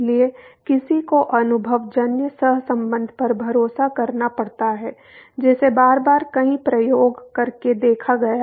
इसलिए किसी को अनुभवजन्य सहसंबंध पर भरोसा करना पड़ता है जिसे बार बार कई प्रयोग करके देखा गया है